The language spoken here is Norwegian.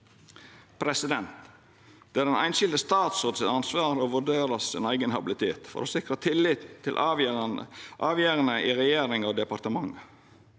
ansvar. Det er den einskilde statsråd sitt ansvar å vurdera sin eigen habilitet for å sikra tillit til avgjerdene i regjeringa og i departementa.